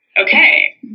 okay